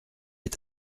est